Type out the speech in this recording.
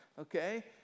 Okay